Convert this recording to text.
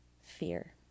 fear